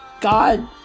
God